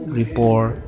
report